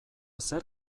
zer